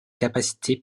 capacités